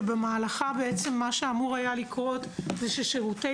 שמה שהיה אמור לקרות במהלכה זה ששירותי